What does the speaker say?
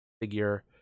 figure